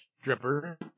stripper